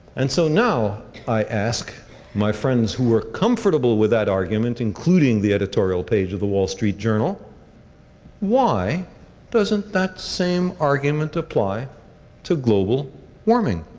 and so now i ask my friends who are comfortable with that argument, including the editorial page of the wall street journal why doesn't that same argument apply to global warming?